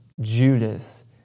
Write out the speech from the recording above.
Judas